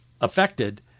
affected